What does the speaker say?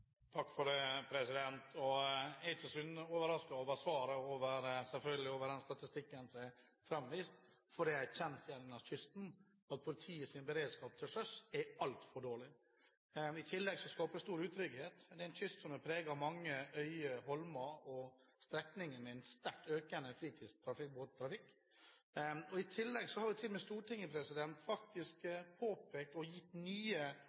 Takk for det. Jeg er ikke så overrasket over svaret og selvfølgelig den statistikken som er framvist, for det er en kjensgjerning langs kysten at politiets beredskap til sjøs er altfor dårlig. I tillegg skaper det stor utrygghet. Det er en kyst med mange øyer, holmer og strekninger med en sterkt økende fritidsbåttrafikk. I tillegg har til og med Stortinget påpekt dette og gitt nye